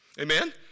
Amen